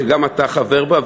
שגם אתה חבר בה.